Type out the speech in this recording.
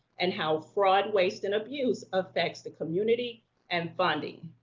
and how fraud, waste, and abuse affects the community and funding.